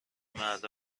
مردا